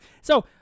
So-